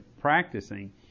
practicing